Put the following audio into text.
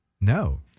No